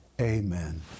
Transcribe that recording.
Amen